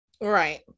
right